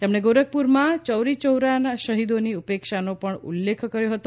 તેમણે ગોરખપુરમાં ચૌરીચૌરાના શહીદોની ઉપેક્ષાનો પણ ઉલ્લેખ કર્યો હતો